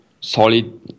solid